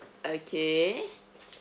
okay